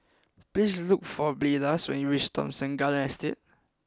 please look for Blaise when you reach Thomson Garden Estate